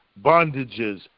bondages